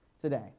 today